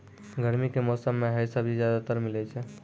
गर्मी के मौसम मं है सब्जी ज्यादातर मिलै छै